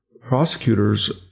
prosecutors